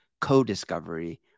co-discovery